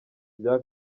bya